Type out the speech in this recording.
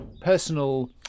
personal